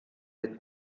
den